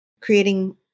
creating